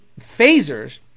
phasers